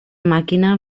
màquina